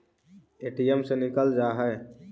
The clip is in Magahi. ए.टी.एम से निकल जा है?